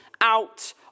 out